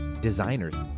designers